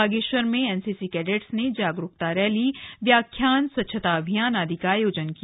बागेश्वर में NCC cadets ने जागरूकता रैली व्याख्यान स्वच्छता अभियान आदि का आयोजन किया